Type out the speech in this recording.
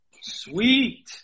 Sweet